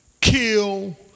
kill